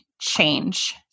change